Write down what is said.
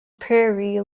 prairie